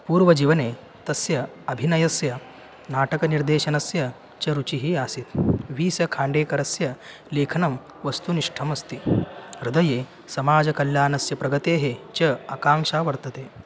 पूर्वजीवने तस्य अभिनयस्य नाटकनिर्देशनस्य च रुचिः आसीत् वीसखाण्डेकरस्य लेखनं वस्तुनिष्ठमस्ति हृदये समाजकल्याणस्य प्रगतेः च अकाङ्क्षा वर्तते